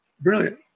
brilliant